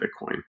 Bitcoin